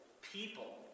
people